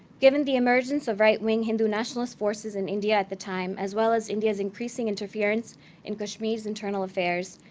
given the emergence of right wing hindu nationalist forces in india at the time, as well as india's increasing interference in kashmir's internal affairs,